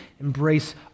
embrace